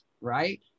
right